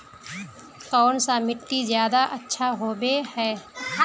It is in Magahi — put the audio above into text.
कौन सा मिट्टी ज्यादा अच्छा होबे है?